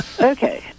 Okay